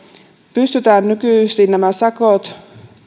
pystytään nykyisin nämä sakot